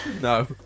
No